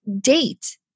Date